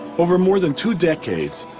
over more than two decades,